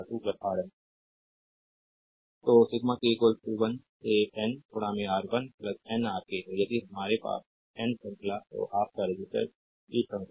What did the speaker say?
slide time देखें 2128 तो sigma k 1 से N R1 N Rk तो यदि हमारे पास N संख्या तो आप का रेसिस्टर्स की श्रृंखला है